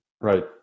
Right